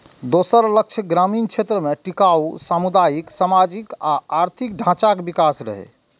दोसर लक्ष्य ग्रामीण क्षेत्र मे टिकाउ सामुदायिक, सामाजिक आ आर्थिक ढांचाक विकास रहै